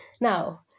now